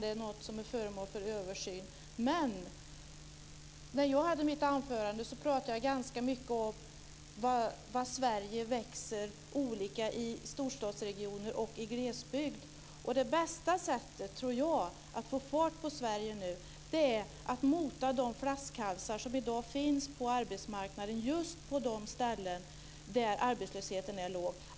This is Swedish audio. Det är något som är föremål för översyn. I mitt anförande pratade jag ganska mycket om att Sverige växer olika i storstadsregioner och i glesbygd. Jag tror att det bästa sättet att få fart på Sverige är att ta bort de flaskhalsar som i dag finns på arbetsmarknaden på de ställen där arbetslösheten är hög.